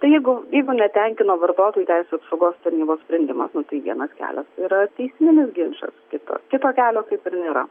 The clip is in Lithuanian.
tai jeigu jeigu netenkino vartotojų teisių apsaugos tarnybos sprendimas nu tai vienas kelias yra teisminis ginčas kito kito kelio kaip ir nėra